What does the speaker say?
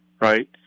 right